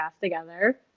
together